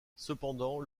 cependant